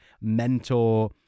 mentor